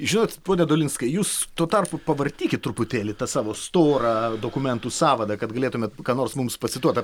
žinot pone dolinskai jūs tuo tarpu pavartykit truputėlį tą savo storą dokumentų sąvadą kad galėtumėt ką nors mums pacituot